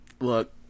look